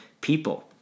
people